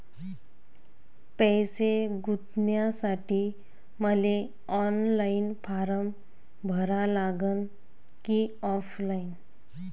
पैसे गुंतन्यासाठी मले ऑनलाईन फारम भरा लागन की ऑफलाईन?